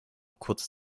kurz